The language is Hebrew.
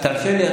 תרשה לי.